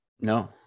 No